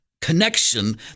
connection